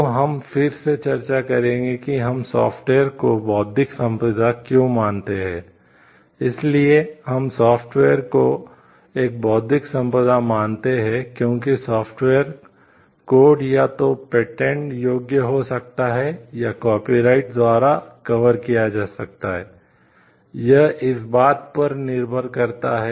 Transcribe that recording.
तो हम फिर से चर्चा करेंगे कि हम सॉफ्टवेयर एक तकनीक के रूप में कैसा है